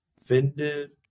offended